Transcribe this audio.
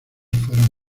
fueron